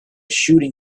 shooting